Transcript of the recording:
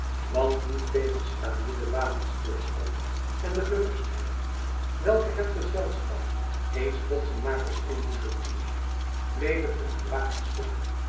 want niettegenstaande den wapenstilstand en de gerustheid welke het gezelschap eens potsenmakers inboezemen moest bleef het een gewaagd stuk